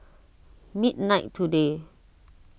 midnight today